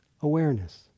awareness